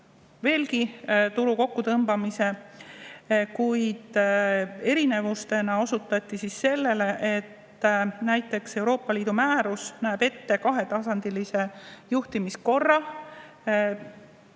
veelgi tulu kokkutõmbamise. Erinevusena osutati sellele, et Euroopa Liidu määrus näeb ette kahetasandilise juhtimiskorra.